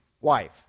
wife